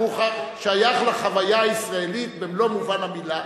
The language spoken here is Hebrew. והוא שייך לחוויה הישראלית במלוא מובן המלה,